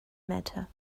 matter